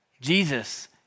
Jesus